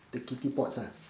the kitty pots ah